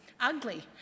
ugly